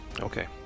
Okay